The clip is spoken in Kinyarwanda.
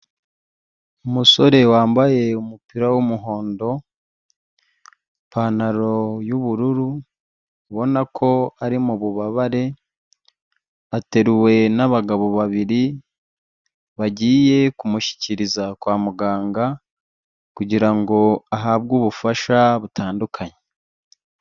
Umusore wambaye umupira w'umuhondo, ipantaro y'ubururu, ubona ko ari mu bubabare, ateruwe n'abagabo babiri bagiye kumushyikiriza kwa muganga, kugirango ahabwe ubufasha butandukanye.